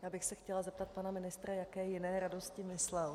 Já bych se chtěla zeptat pana ministra, jaké jiné radosti myslel.